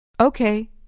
Okay